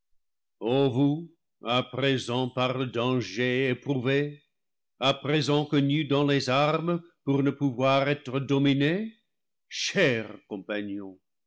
vous à présent par le danger éprouvés à présent con nus dans les armes pour ne pouvoir être dominés chers com